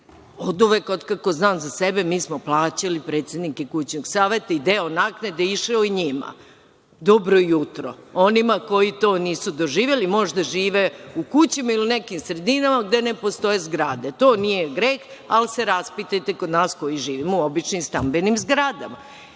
oduvek od kako znam za sebe mi smo plaćali predsednike kućnog saveta i deo naknade išao je njima. Dobro jutro onima koji to nisu doživeli, možda žive u kućama ili u nekim sredinama gde ne postoje zgrade. To nije greh, ali se raspitajte kod nas koji živimo u običnim stambenim zgradama.